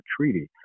treaty